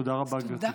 תודה רבה, גברתי.